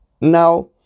Now